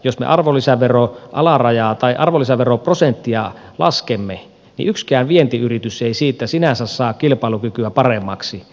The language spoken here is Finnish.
jos me arvonlisäveron alarajaa tai arvonlisäveroprosenttia laskemme niin yksikään vientiyritys ei siitä sinänsä saa kilpailukykyä paremmaksi